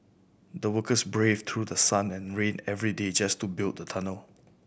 the workers braved through the sun and rain every day just to build the tunnel